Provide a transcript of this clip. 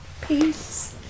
Peace